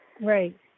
Right